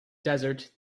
desert